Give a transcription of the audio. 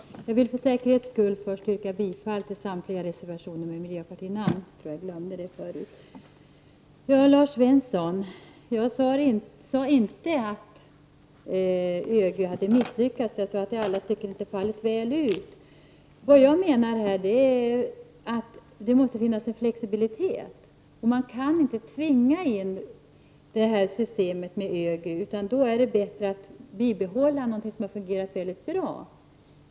Fru talman! Jag vill för säkerhets skull först yrka bifall till samtliga reservationer som miljöpartiet har skrivit under, eftersom jag tror att jag glömde det tidigare. Lars Svensson! Jag sade inte att ÖGY hade misslyckats. Jag sade att det i alla stycken inte hade fallit väl ut. Jag menar att det måste finnas en flexibilitet. Man kan inte tvinga in ÖGY-systemet. Det är i stället bättre att behålla något som har fungerat mycket bra.